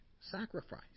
sacrifice